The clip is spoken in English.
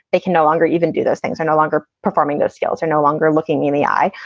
they can no longer even do. those things are no longer performing. those schools are no longer looking in the eye,